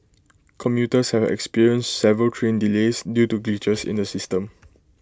commuters have experienced several train delays due to glitches in the system